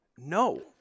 No